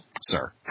sir